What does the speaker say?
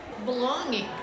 Belonging